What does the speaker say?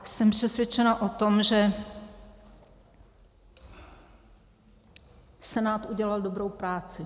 Jsem přesvědčena o tom, že Senát udělal dobrou práci.